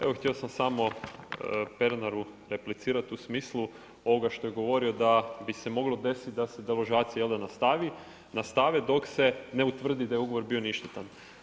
Evo htio sam samo Pernaru replicirati u smislu ovoga što je govorio da bi se moglo desit da se deložacije nastave dok se ne utvrdi da je ugovor bio ništetan.